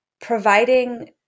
providing